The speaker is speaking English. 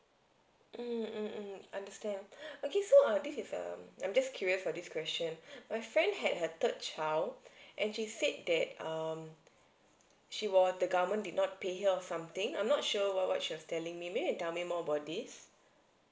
mm mm mm understand okay so err this is um I'm just curious for this question my friend had her third child and she said that um she the government did not pay or something I'm not sure what what she was telling me maybe you can tell me more about this